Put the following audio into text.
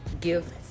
give